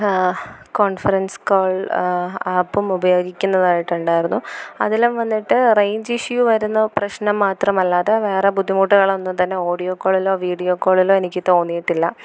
conference call ആപ്പും ഉപയോഗിക്കുന്നതായിട്ടുണ്ടായിരുന്നു അതിലും വന്നിട്ട് റെയിഞ്ച് ഇഷ്യൂ വരുന്ന പ്രശ്നം മാത്രമല്ലാതെ വേറെ ബുദ്ധിമുട്ടുകളൊന്നും തന്നെ ഓഡിയോ കോളിലോ വീഡിയോ കോളിലോ എനിക്ക് തോന്നിയിട്ടില്ല